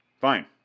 fine